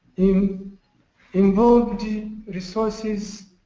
um involved resources